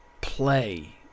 play